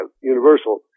Universal